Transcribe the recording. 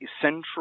central